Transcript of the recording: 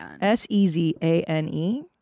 S-E-Z-A-N-E